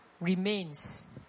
remains